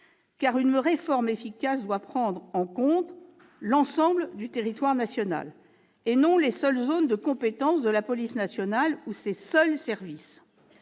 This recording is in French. car une réforme efficace doit prendre en compte l'ensemble du territoire national, et non les seules zones de compétence de la police nationale ou ses seuls services.